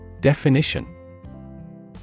Definition